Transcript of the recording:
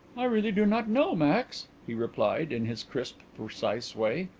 i really do not know, max, he replied, in his crisp, precise way.